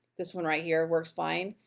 this one right here works fine,